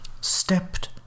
stepped